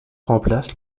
remplace